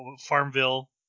Farmville